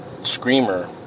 screamer